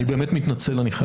אני באמת מתנצל, אני חייב ללכת.